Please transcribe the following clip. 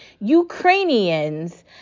Ukrainians